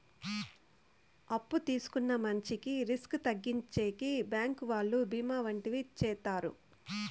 అప్పు తీసుకున్న మంచికి రిస్క్ తగ్గించేకి బ్యాంకు వాళ్ళు బీమా వంటివి చేత్తారు